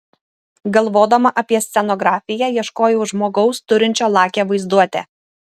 galvodama apie scenografiją ieškojau žmogaus turinčio lakią vaizduotę